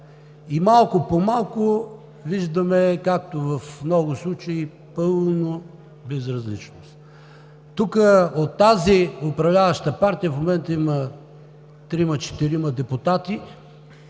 Малко по малко виждаме, както в много случаи, пълна безразличност. Тук от тази управляваща партия в момента има трима-четирима депутати,